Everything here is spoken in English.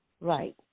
right